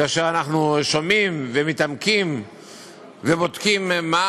כאשר אנחנו שומעים ומתעמקים ובודקים מה